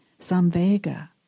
samvega